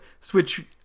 Switch